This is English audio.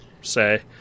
say